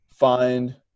find